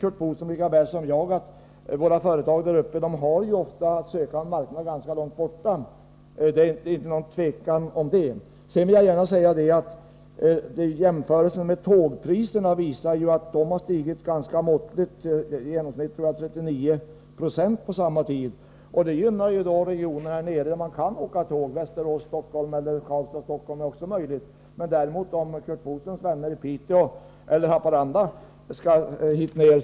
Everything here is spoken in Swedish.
Curt Boström vet lika väl som jag att våra företag däruppe ofta har att söka en marknad ganska långt borta— det är inget tvivel om det. Jämförelsen visar att tågpriserna har stigit ganska måttligt — med i genomsnitt 39 76, tror jag, på samma tid. Det gynnar regionerna här nere där man kan åka tåg; det är möjligt på t.ex. sträckorna Västerås-Stockholm eller Karlstad-Stockholm. Det är inte på samma sätt möjligt för Curt Boströms vänner i Piteå eller Haparanda, om de skall hit ned.